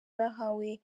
bahawe